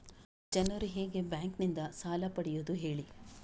ಜನರು ಹೇಗೆ ಬ್ಯಾಂಕ್ ನಿಂದ ಸಾಲ ಪಡೆಯೋದು ಹೇಳಿ